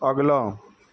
ਅਗਲਾ